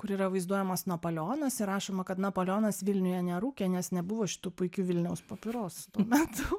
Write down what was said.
kur yra vaizduojamas napoleonas ir rašoma kad napoleonas vilniuje nerūkė nes nebuvo šitų puikių vilniaus papirosų tuo metu